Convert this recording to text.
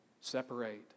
separate